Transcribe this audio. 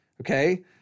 okay